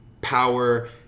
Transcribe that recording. power